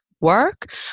work